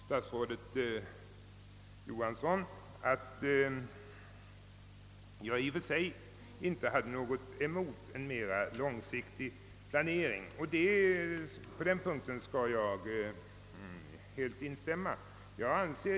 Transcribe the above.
Statsrådet Johansson sade att jag i och för sig inte hade något emot en mera långsiktig planering, och på den punkten skall jag instämma.